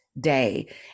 day